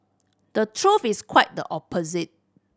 the truth is quite the opposite